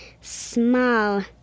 small